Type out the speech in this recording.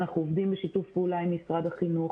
אנחנו עובדים בשיתוף פעולה עם משרד החינוך,